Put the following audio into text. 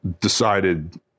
Decided